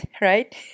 right